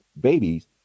babies